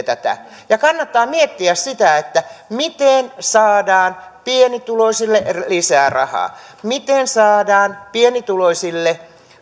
tätä kannattaa miettiä sitä miten saadaan pienituloisille lisää rahaa miten saadaan pienituloisille